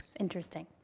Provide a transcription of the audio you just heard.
interesting.